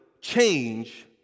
change